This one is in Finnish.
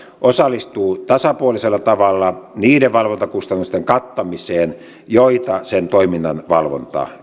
osallistuu tasapuolisella tavalla niiden valvontakustannusten kattamiseen joita sen toiminnan valvonta